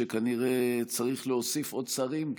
שכנראה צריך להוסיף עוד שרים,